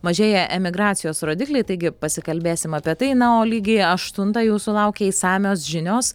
mažėja emigracijos rodikliai taigi pasikalbėsime apie tai na o lygiai aštuntą jūsų sulaukia išsamios žinios